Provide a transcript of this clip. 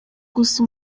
gusa